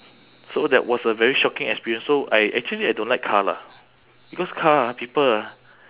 so that was a very shocking experience so I actually I don't like car lah because car ah people ah